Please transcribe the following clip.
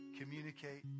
communicate